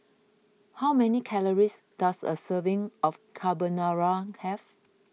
how many calories does a serving of Carbonara have